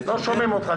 לא שומעים אותך.